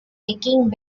taking